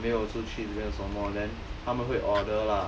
没有出去没有什么 then 他们会 order lah